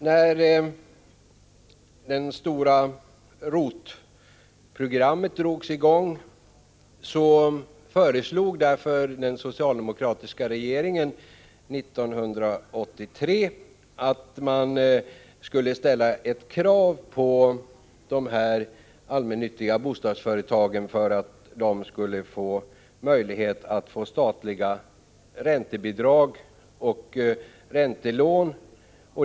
När det stora ROT-programmet drogs i gång föreslog därför den socialdemokratiska regeringen 1983 att man skulle ställa ett krav på de allmännyttiga bostadsföretagen för att de skulle kunna få statliga räntebidrag och räntelån.